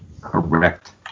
Correct